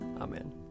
Amen